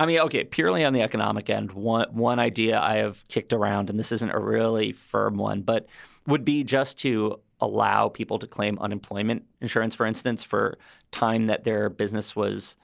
i mean, okay. purely on the economic end, want one idea i have kicked around and this isn't a really firm one, but would be just to allow people to claim unemployment insurance, for instance, for time that their business was